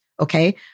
Okay